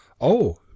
Oh